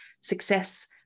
success